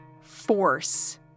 force